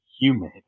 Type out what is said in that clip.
humid